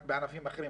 רק בענפים אחרים.